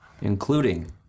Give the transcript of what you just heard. including